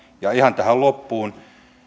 ja ihan tähän loppuun